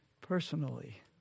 personally